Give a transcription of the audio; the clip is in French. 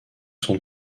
sont